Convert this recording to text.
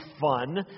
fun